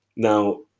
Now